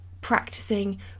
practicing